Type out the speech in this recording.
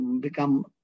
become